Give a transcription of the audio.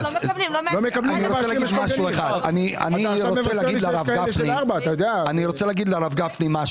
אני רוצה לומר משהו לרב גפני.